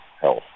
health